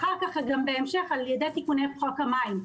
ובהמשך על-ידי תיקוני חוק המים,